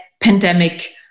pandemic